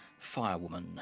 Firewoman